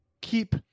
keep